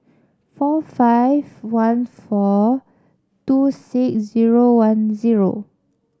four five one four two six zero one zero